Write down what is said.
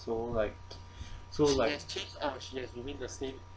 so like so like